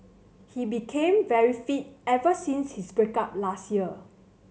he became very fit ever since his break up last year